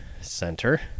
Center